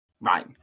right